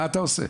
מה אתה עושה?